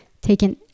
taken